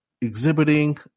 exhibiting